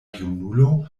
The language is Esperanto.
junulo